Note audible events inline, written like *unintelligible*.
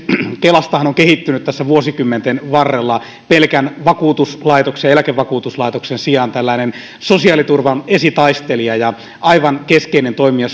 kelastahan on kehittynyt tässä vuosikymmenten varrella pelkän vakuutuslaitoksen eläkevakuutuslaitoksen sijaan sosiaaliturvan esitaistelija ja aivan keskeinen toimija *unintelligible*